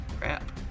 crap